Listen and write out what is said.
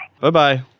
bye-bye